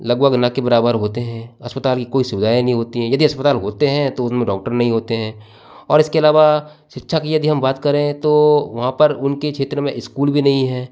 लगभग न के बराबर होते हैं अस्पताल की कोई सुविधाएं नहीं होती हैं यदि अस्पताल होतें हैं तो उनमे डॉक्टर नहीं होते हैं और इसके अलावा शिक्षा की यदि हम बात करें तो वहाँ पर उनके क्षेत्र में स्कूल भी नहीं हैं